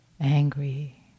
angry